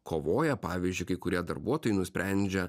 kovoja pavyzdžiui kai kurie darbuotojai nusprendžia